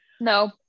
No